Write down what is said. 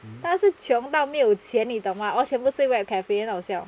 但是穷到没有钱你懂吗 all 全部睡 web cafe 很好笑